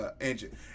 engine